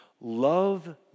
Love